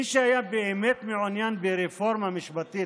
מי שבאמת היה מעוניין ברפורמה משפטית,